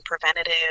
preventative